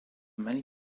many